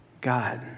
God